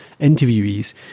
interviewees